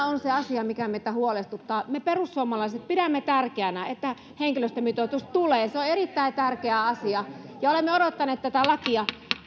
on se asia mikä meitä huolestuttaa me perussuomalaiset pidämme tärkeänä että henkilöstömitoitus tulee se on erittäin tärkeä asia ja olemme odottaneet tätä lakia